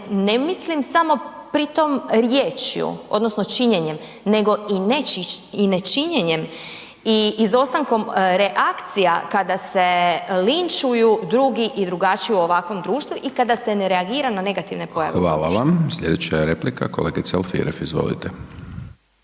ne mislim samo pri tom riječju odnosno činjenjem nego i ne činjenjem i izostankom reakcija kada se linčuju drugi i drugačiji u ovakvom društvu i kada se ne reagira na negativne pojave u …/Upadica: Hvala vam/… društvu.